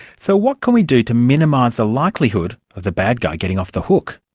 so what can we do to minimise the likelihood of the bad guy getting off the hook?